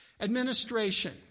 Administration